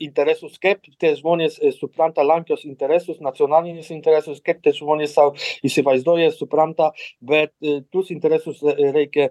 interesus kaip tie žmonės supranta lenkijos interesus nacionalinius interesus kaip tie žmonės sau įsivaizduoja supranta bet ė tuos interesus reikia